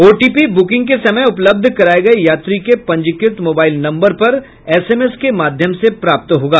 OTP booking के समय उपलब्ध कराए गए यात्री के पंजीकृत मोबाइल नंबर पर एसएमएस के माध्यम से प्राप्त होगा